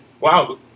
Wow